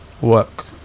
Work